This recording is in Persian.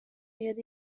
یاد